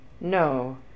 no